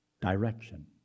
direction